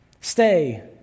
stay